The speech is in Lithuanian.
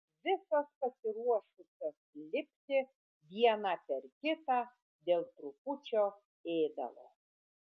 visos pasiruošusios lipti viena per kitą dėl trupučio ėdalo